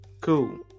Cool